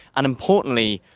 and importantly,